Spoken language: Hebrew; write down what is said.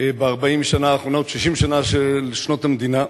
ב-40 השנה האחרונות, 60 שנה של שנות המדינה.